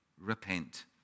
repent